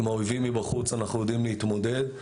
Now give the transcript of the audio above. עם האויבים מבחוץ אנחנו יודעים להתמודד.